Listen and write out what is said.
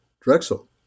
drexel